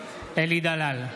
אלי דלל,